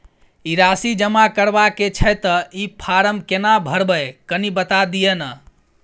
ई राशि जमा करबा के छै त ई फारम केना भरबै, कनी बता दिय न?